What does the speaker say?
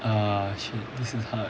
uh this is hard